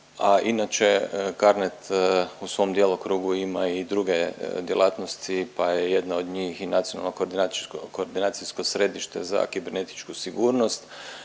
a inače CARNET u svom djelokrugu ima i druge djelatnosti pa je jedna od njih i Nacionalno koordinacijsko središte za kibernetičku sigurnost,